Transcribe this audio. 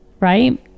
Right